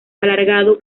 alargado